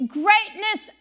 greatness